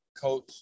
Coach